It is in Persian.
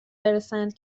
برسند